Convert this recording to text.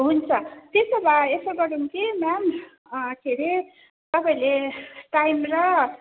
हुन्छ त्यसो भए यसो गरौँ कि म्याम के रे तपाईँहरूले टाइम र